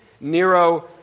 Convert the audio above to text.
Nero